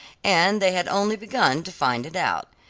and they had only begun to find it out.